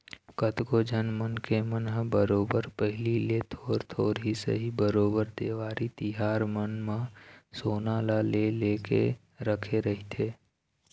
कतको झन मनखे मन ह बरोबर पहिली ले थोर थोर ही सही बरोबर देवारी तिहार मन म सोना ल ले लेके रखे रहिथे